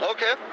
Okay